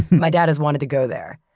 my dad has wanted to go there.